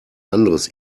anderes